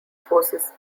forces